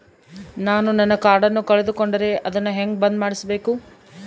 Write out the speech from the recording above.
ನಾನು ನನ್ನ ಕಾರ್ಡನ್ನ ಕಳೆದುಕೊಂಡರೆ ಅದನ್ನ ಹೆಂಗ ಬಂದ್ ಮಾಡಿಸಬೇಕು?